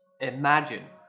Imagine